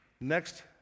next